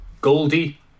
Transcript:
Goldie